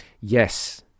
yes